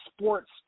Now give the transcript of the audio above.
sports